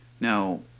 Now